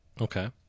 Okay